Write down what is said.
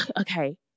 okay